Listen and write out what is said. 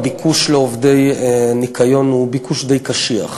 הביקוש לעובדי ניקיון הוא ביקוש די קשיח,